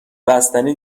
بستنی